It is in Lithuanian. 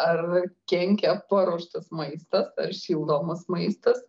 ar kenkia paruoštas maistas ar šildomas maistas